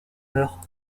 meurt